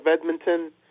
Edmonton